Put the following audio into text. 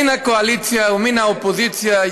מן הקואליציה ומן האופוזיציה,